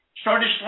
started